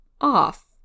off